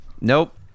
Nope